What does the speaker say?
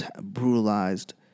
brutalized